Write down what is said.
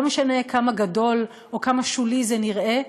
לא משנה כמה גדול או כמה שולי זה נראה.